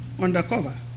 undercover